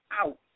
out